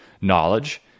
knowledge